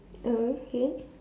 okay